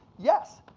yes,